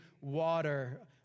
water